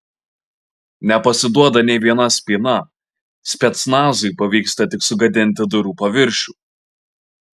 nepasiduoda nė viena spyna specnazui pavyksta tik sugadinti durų paviršių